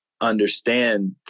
understand